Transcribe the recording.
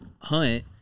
hunt